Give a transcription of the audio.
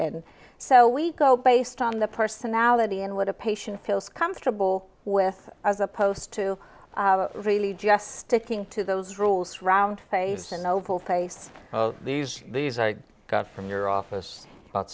and so we go based on the personality and what a patient feels comfortable with as opposed to really just sticking to those rules round face an oval face these these i got from your office about